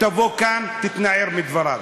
תבוא לכאן ותתנער מדבריו,